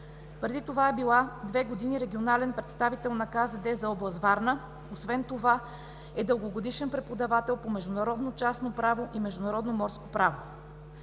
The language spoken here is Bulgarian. Преди това две години е била регионален представител на КЗД за област Варна, освен това е дългогодишен преподавател по международно частно право и международно морско право.